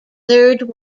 third